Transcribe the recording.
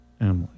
Emily